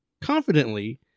confidently